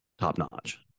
top-notch